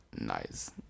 Nice